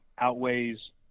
outweighs